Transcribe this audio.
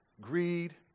greed